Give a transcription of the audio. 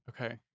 Okay